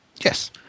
Yes